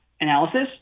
analysis